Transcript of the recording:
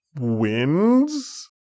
wins